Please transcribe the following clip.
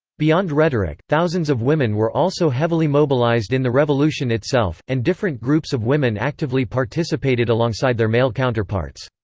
beyond rhetoric, thousands of women were also heavily mobilized in the revolution itself, and different groups of women actively participated alongside their male counterparts.